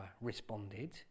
responded